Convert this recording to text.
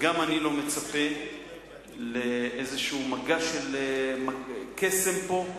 וגם אני לא מצפה לאיזשהו מגע של קסם פה.